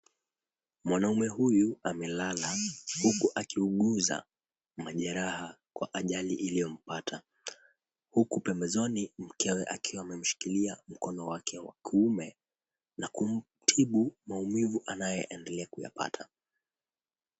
Mwanamme huyu amelala, huku akiuguza majeraha kwa ajali iliyompata. Huku pembezoni, mkewe akiwa amemshikilia mkono wake wa kuume na kumtibu maumivu anayoendelea kuyapata.